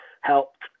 helped